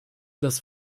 das